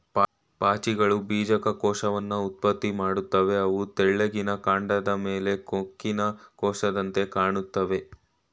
ಪಾಚಿಗಳು ಬೀಜಕ ಕೋಶವನ್ನ ಉತ್ಪತ್ತಿ ಮಾಡ್ತವೆ ಅವು ತೆಳ್ಳಿಗಿನ ಕಾಂಡದ್ ಮೇಲೆ ಕೊಕ್ಕಿನ ಕೋಶದಂತೆ ಕಾಣ್ತಾವೆ